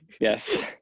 Yes